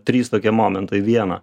trys tokie momentai viena